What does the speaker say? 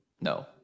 No